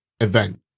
event